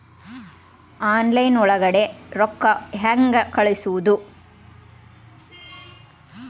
Online ಒಳಗಡೆ ರೊಕ್ಕ ಹೆಂಗ್ ಕಳುಹಿಸುವುದು?